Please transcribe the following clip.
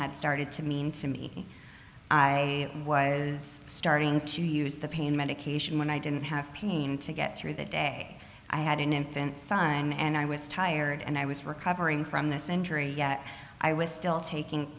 had started to mean to me i was starting to use the pain medication when i didn't have pain to get through the day i had an infant son and i was tired and i was recovering from this injury yet i was still taking